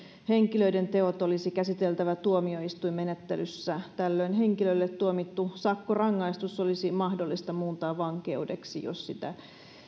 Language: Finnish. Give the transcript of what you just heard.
henkilöiden teot olisi käsiteltävä tuomioistuinmenettelyssä tällöin henkilölle tuomittu sakkorangaistus olisi mahdollista muuntaa vankeudeksi jos sitä